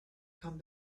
come